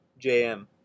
JM